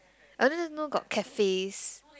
I didn't know got cafes